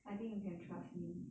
I think you can trust me